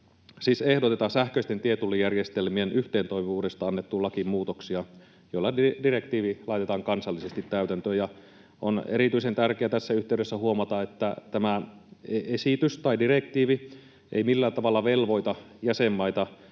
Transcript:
ehdotetaan sähköisten tietullijärjestelmien yhteentoimivuudesta annettuun lakiin muutoksia, joilla direktiivi laitetaan kansallisesti täytäntöön. Ja on erityisen tärkeää tässä yhteydessä huomata, että tämä esitys tai direktiivi ei millään tavalla velvoita jäsenmaita